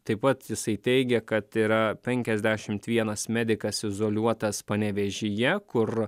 taip pat jisai teigė kad yra penkiasdešimt vienas medikas izoliuotas panevėžyje kur